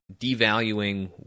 devaluing